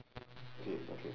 of okay okay